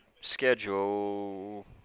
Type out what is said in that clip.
schedule